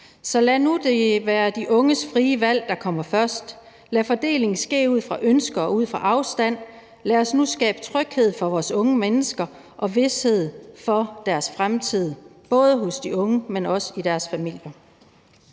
Så lad det nu være de unges frie valg, der kommer først, lad fordeling ske ud fra ønsker og ud fra afstand, lad os nu skabe tryghed for vores unge mennesker og vished for deres fremtid, både hos de unge, men også for deres familier.